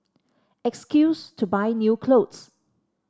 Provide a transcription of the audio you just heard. excuse to buy new clothes